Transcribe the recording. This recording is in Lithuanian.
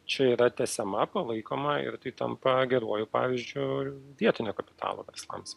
čia yra tęsiama palaikoma ir tai tampa geruoju pavyzdžiu vietinio kapitalo verslams